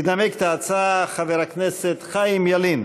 ינמק את ההצעה חבר הכנסת חיים ילין.